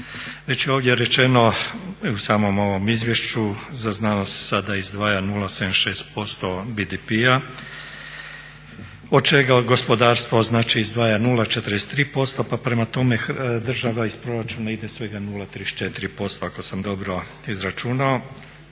Već je ovdje rečeno i u samom ovom izvješću, za znanost se sada izdvaja 0,76% BDP-a od čega od gospodarstva znači izdvaja 0,43%, pa prema tome država iz proračuna ide svega 0,34% ako sam dobro izračunao